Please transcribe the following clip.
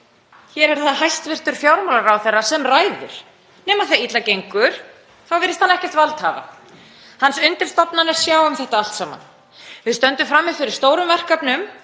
Hér er það hæstv. fjármálaráðherra sem ræður nema þegar illa gengur, þá virðist hann ekkert vald hafa. Hans undirstofnanir sjá um þetta allt saman. Við stöndum frammi fyrir stórum verkefnum;